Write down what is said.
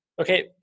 Okay